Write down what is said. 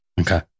Okay